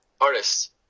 artists